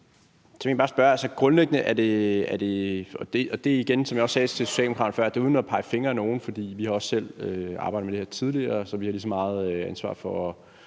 Socialdemokraterne før, er det uden at pege fingre ad nogen, for vi har også selv arbejdet med det her tidligere, så vi har lige så meget ansvar for at